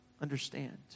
understand